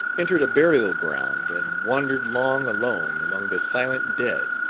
entered a burial ground and wandered long alone among the silent dead,